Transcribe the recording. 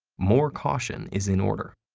more caution is in order.